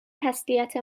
تسلیت